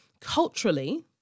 Culturally